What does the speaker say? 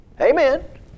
Amen